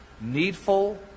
needful